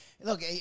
Look